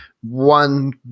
one